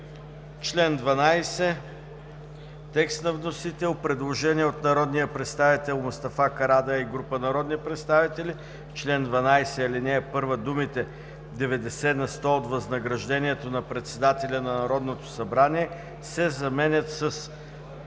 Член 12 – текст на вносител. Предложение от народния представител Мустафа Карадайъ и група народни представители: „В чл. 12, ал. 1 думите „90 на сто от възнаграждението на председателя на Народното събрание“ се заменят с